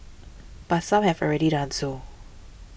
but some have already done so